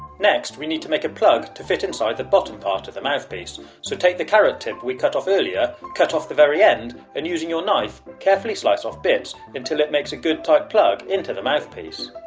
next we need to make a plug to fit inside the bottom part of the mouthpiece so take the carrot tip we cut off earlier, cut off the very end and usig your knife, carefully slice off bits until it makes a good tight plug into the mouthpiece.